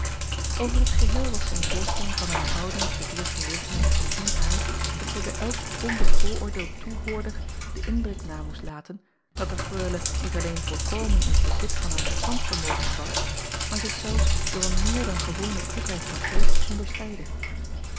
ver t geheel was zijn voorstelling van haar houding te dier gelegenheid van dien aard dat zij bij elk onbevooroordeeld toehoorder den indruk na moest laten dat de reule niet alleen volkomen in t bezit van haar verstandsvermogens was maar zich zelfs door een meer dan gewone kloekheid van geest onderscheidde